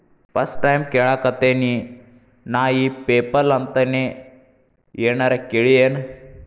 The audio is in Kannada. ಫಸ್ಟ್ ಟೈಮ್ ಕೇಳಾಕತೇನಿ ನಾ ಇ ಪೆಪಲ್ ಅಂತ ನೇ ಏನರ ಕೇಳಿಯೇನ್?